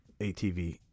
ATV